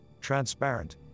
transparent